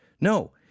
No